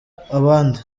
abandi